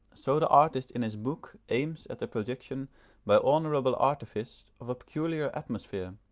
so the artist in his book, aims at the production by honourable artifice of a peculiar atmosphere.